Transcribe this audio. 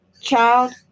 Child